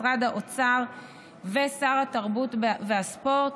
משרד האוצר ושר התרבות והספורט.